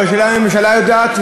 אבל השאלה היא אם הממשלה יודעת,